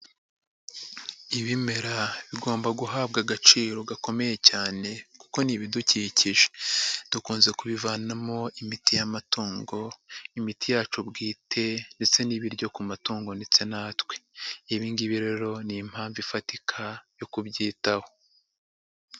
Ibimera bigomba guhabwa agaciro gakomeye cyane kuko ni ibidukikije, dukunze kubivanamo imiti y'amatungo, imiti yacu bwite ndetse n'ibiryo ku matungo ndetse natwe. Ibi ngibi rero ni impamvu ifatika yo kubyitaho.